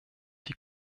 die